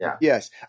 Yes